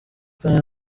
kane